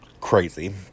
Crazy